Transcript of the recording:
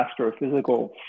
astrophysical